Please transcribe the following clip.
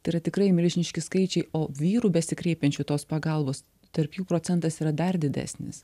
tai yra tikrai milžiniški skaičiai o vyrų besikreipiančių tos pagalbos tarp jų procentas yra dar didesnis